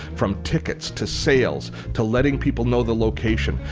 from tickets, to sales, to letting people know the location,